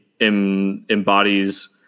embodies